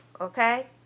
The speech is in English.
okay